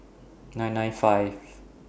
nine nine five